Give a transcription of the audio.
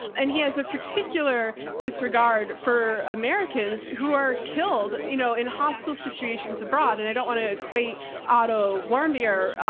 and he has a particular disregard for americans who are killed, you know, in hostile situations abroad. and i don't want to equate otto warmbier.